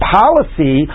policy